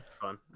fun